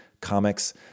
Comics